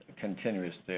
continuously